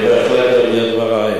אני בהחלט אביא את דברייך